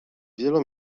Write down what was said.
wielu